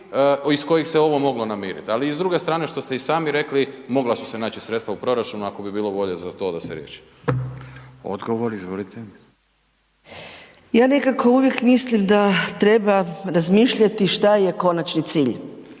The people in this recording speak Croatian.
iz kojih se ovom moglo namirit. Ali i s druge strane što ste i sami rekli mogla su se naći sredstva u proračunu ako bi bilo volje za to da se riješi. **Radin, Furio (Nezavisni)** Odgovor izvolite. **Mrak-Taritaš, Anka (GLAS)** Ja nekako uvijek mislim da treba razmišljati šta je konačni cilj.